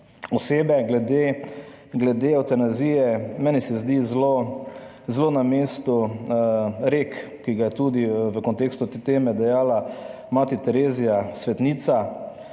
osebe glede evtanazije. Meni se zdi zelo na mestu rek, ki ga je tudi v kontekstu te teme dejala Mati Terezija, svetnica.